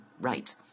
right